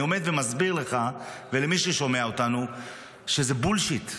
אני עומד ומסביר לך ולמי ששומע אותנו שזה בולשיט.